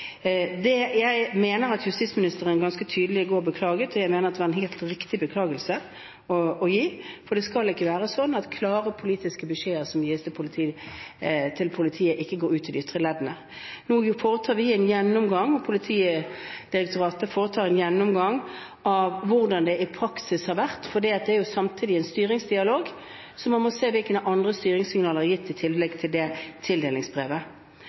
jeg mener at det var en helt riktig beklagelse å gi, for det skal ikke være sånn at klare politiske beskjeder som gis til Politiet, ikke går ut til de ytre leddene. Nå foretar vi en gjennomgang, og Politidirektoratet foretar en gjennomgang, av hvordan det i praksis har vært, for det er jo samtidig en styringsdialog. Så må man se hvilke andre styringssignaler som er gitt i tillegg til dette tildelingsbrevet.